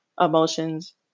emotions